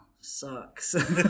sucks